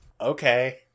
Okay